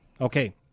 Okay